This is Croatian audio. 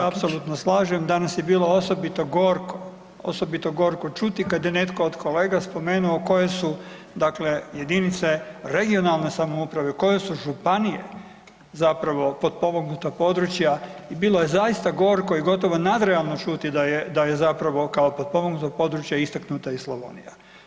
Ja se apsolutno slažem, danas je bilo osobito gorko, osobito gorko čuti kad je netko od kolega spomenuo koje su dakle jedinice regionalne samouprave, koje su županije zapravo potpomognuta područja i bilo je zaista gorko i gotovo nadrealno čuti da je zapravo kao potpomognuto područje istaknuta i Slavonija.